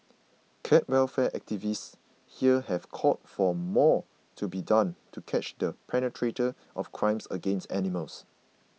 cat welfare activists here have called for more to be done to catch the perpetrators of crimes against animals